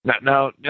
Now